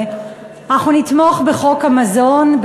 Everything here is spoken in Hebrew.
אנחנו נתמוך בחוק המזון,